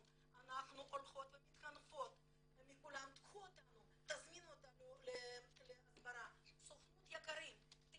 האם יש לאיזשהו משרד תכנית והתכנית הזאת לא התקבלה בגלל בעיה